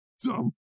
dumb